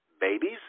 babies